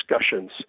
discussions